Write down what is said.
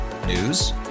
News